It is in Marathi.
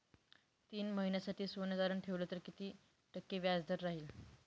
तीन महिन्यासाठी सोने तारण ठेवले तर किती टक्के व्याजदर राहिल?